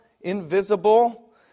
invisible